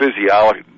physiology